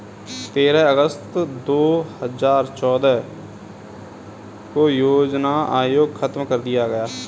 तेरह अगस्त दो हजार चौदह को योजना आयोग खत्म कर दिया गया